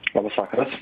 labas vakaras